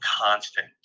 constant